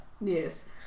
Yes